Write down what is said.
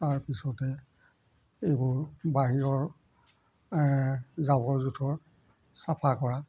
তাৰপিছতে এইবোৰ বাহিৰৰ জাবৰ জোঁথৰ চাফা কৰা